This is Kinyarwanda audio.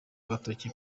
agatoki